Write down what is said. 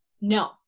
No